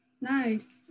nice